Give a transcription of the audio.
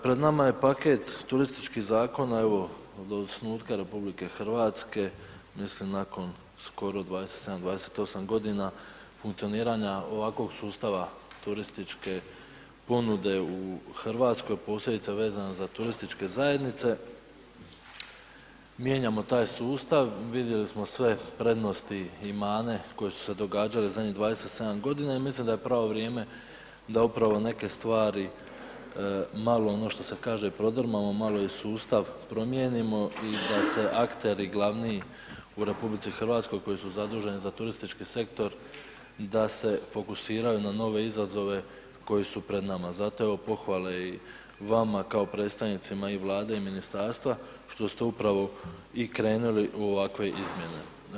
Pred nama je paket turističkih zakona, evo od osnutka RH mislim nakon skoro nakon 27, 28 g. funkcioniranja ovakvog sustava turističke ponude u Hrvatskoj, posebice vezano za turističke zajednice, mijenjamo taj sustav, vidjeli smo sve prednosti i mane koje su se događale zadnjih 27 g. i mislim da je pravo vrijeme da upravo neke stvari malo ono što se kaže prodrmamo, malo i sustav promijenimo i da se akteri glavni u RH koji su zaduženi za turistički sektor, da se fokusiraju na nove izazove koji su pred nama, zato evo i pohvale vama kao predstavnicima i Vlade i ministarstva što ste upravo i krenuli u ovakve izmjene.